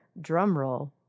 drumroll